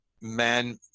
man